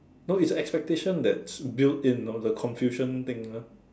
no it's expectations that build in know the confusion thing ah